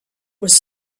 was